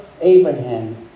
Abraham